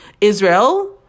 Israel